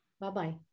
Bye-bye